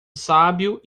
sábio